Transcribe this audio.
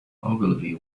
ogilvy